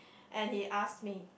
and he ask me